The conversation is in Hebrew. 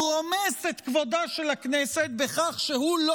רומס את כבודה של הכנסת בכך שהוא לא